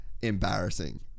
embarrassing